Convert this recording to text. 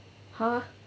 !huh!